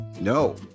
no